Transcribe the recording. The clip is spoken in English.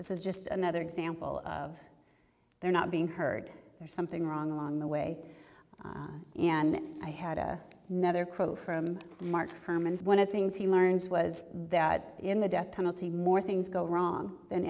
this is just another example of their not being heard there's something wrong along the way and i had a nother quote from mark herman one of things he learns was that in the death penalty more things go wrong than